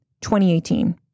2018